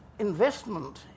investment